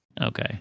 Okay